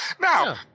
now